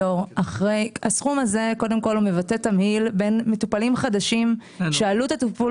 הסכום הזה מבטא תמהיל בין מטופלים חדשים שעלות הטיפול